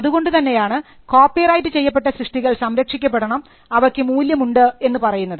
അതുകൊണ്ടുതന്നെയാണ് കോപ്പിറൈറ്റ് ചെയ്യപ്പെട്ട സൃഷ്ടികൾ സംരക്ഷിക്കപ്പെടണം അവയ്ക്ക് മൂല്യമുണ്ട് എന്ന് പറയുന്നത്